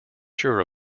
sure